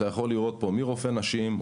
אתה יכול לראות פה מרופא נשים,